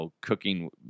cooking